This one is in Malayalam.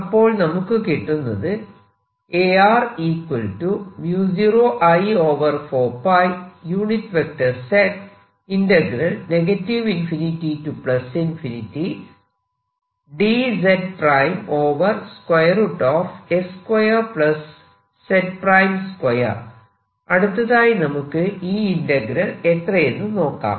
അപ്പോൾ നമുക്ക് കിട്ടുന്നത് അടുത്തതായി നമുക്ക് ഈ ഇന്റഗ്രൽ എത്രയെന്നു നോക്കാം